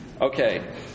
Okay